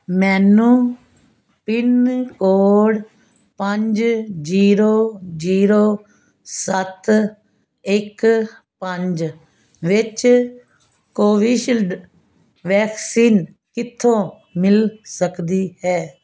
ਮੈਨੂੰ pin code ਪੰਜ zero zero ਸੱਤ ਇੱਕ ਪੰਜ ਵਿੱਚ ਕੋਵਿਸ਼ਿਲਡ ਵੈਕਸੀਨ ਕਿੱਥੋਂ ਮਿਲ ਸਕਦੀ ਹੈ